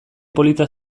polita